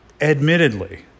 admittedly